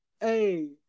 Hey